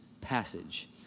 passage